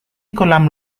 kolam